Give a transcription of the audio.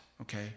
okay